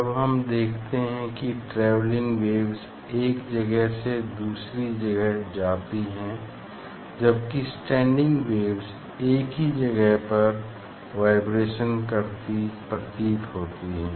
जब हम देखते हैं कि ट्रैवेलिंग वेव्स एक जगह से दूसरी जगह जाती है जबकि स्टैंडिंग वेव्स एक ही जगह पर वाइब्रेशन करती प्रतीत होती है